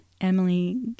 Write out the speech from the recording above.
Emily